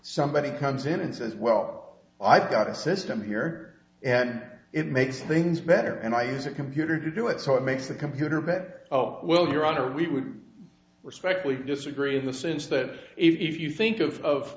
somebody comes in and says well i've got a system here and it makes things better and i use a computer to do it so it makes the computer better oh well your honor we respectfully disagree in the sense that if you think of